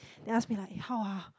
then ask me like how ah